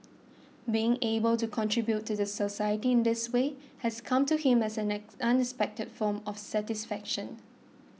being able to contribute to the society in this way has come to him as an unexpected form of satisfaction